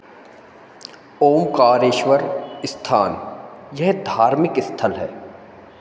ओंकारेश्वर स्थान यह धार्मिक स्थल है